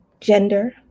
gender